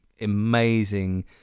amazing